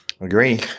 Agree